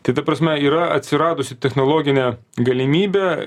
tai ta prasme yra atsiradusi technologinė galimybė